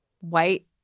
white